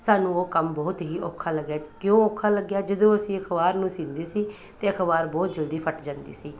ਸਾਨੂੰ ਉਹ ਕੰਮ ਬਹੁਤ ਹੀ ਔਖਾ ਲੱਗਿਆ ਕਿਉਂ ਔਖਾ ਲੱਗਿਆ ਜਦੋਂ ਅਸੀਂ ਅਖ਼ਬਾਰ ਨੂੰ ਸੀਂਦੇ ਸੀ ਤਾਂ ਅਖ਼ਬਾਰ ਬਹੁਤ ਜਲਦੀ ਫੱਟ ਜਾਂਦੀ ਸੀ